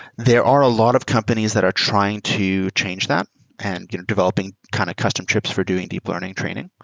there are a lot of companies that are trying to change that and you know developing kind of custom trips for doing deep learning and training.